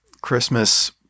Christmas